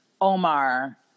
Omar